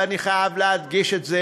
ואני חייב להדגיש את זה,